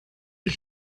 wie